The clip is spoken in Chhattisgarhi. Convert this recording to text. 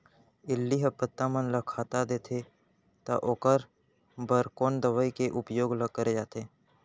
इल्ली ह पत्ता मन ला खाता देथे त ओखर बर कोन दवई के उपयोग ल करे जाथे?